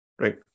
right